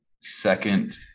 second